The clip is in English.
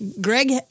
Greg